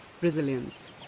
Resilience